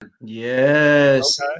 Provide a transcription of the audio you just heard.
Yes